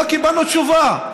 לא קיבלנו תשובה.